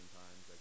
times